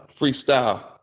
freestyle